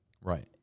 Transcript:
Right